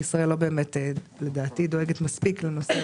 כי ישראל לדעתי לא באמת דואגת מספיק לנושא,